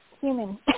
Human